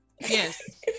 Yes